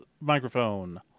microphone